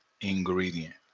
ingredient